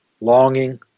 longing